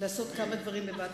לעשות כמה דברים בבת-אחת.